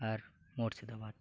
ᱟᱨ Murshidabad